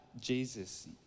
Jesus